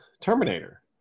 terminator